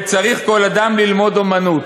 וצריך כל אדם ללמוד אומנות.